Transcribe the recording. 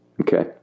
Okay